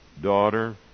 Daughter